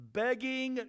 begging